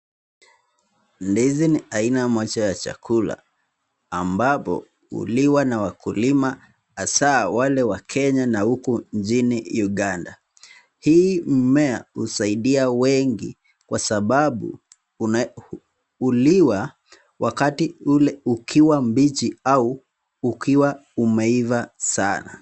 Ndizi ni aina moja ya chakula ambapo huliwa na wakulima hasaa wale wa Kenya na huko nchini Uganda. Hii mmea husaidia wengi kwa sababu huliwa wakati ule ukiwa mbichi au ukiwa umeivaa sana.